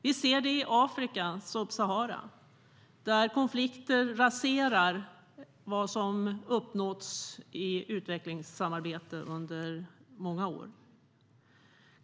Vi ser det i Afrika, sub-Sahara, där konflikter raserar vad som uppnåtts i utvecklingssamarbete under många år.